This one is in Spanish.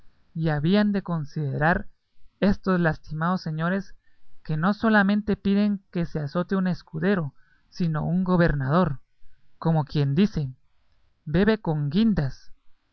y habían de considerar estos lastimados señores que no solamente piden que se azote un escudero sino un gobernador como quien dice bebe con guindas